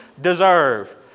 deserve